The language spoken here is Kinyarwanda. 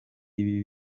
ibi